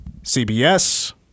CBS